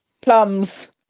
Plums